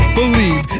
believe